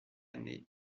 année